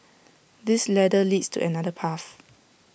this ladder leads to another path